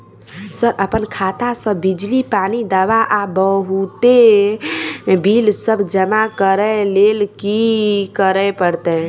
Sir अप्पन खाता सऽ बिजली, पानि, दवा आ बहुते बिल सब जमा करऽ लैल की करऽ परतै?